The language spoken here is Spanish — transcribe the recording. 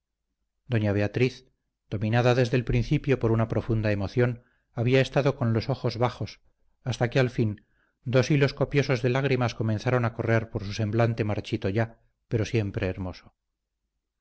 doña beatriz dominada desde el principio por una profunda emoción había estado con los ojos bajos hasta que al fin dos hilos copiosos de lágrimas comenzaron a correr por su semblante marchito ya pero siempre hermoso